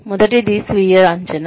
మొదటిది స్వీయ అంచనా